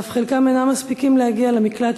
וחלקם אף אינם מספיקים להגיע למקלט